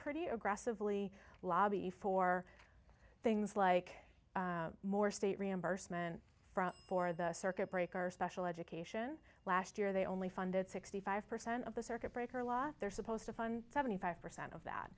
pretty aggressively lobby for things like more state reimbursement for the circuit breaker special education last year they only funded sixty five percent of the circuit breaker law they're supposed to fund seventy five percent of that